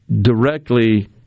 directly